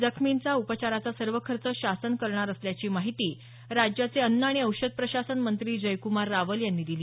जखमींचा उपचाराचा सर्व खर्च शासन करणार असल्याची माहिती राज्याचे अन्न आणि औषध प्रशासन मंत्री जयक्मार रावल यांनी दिली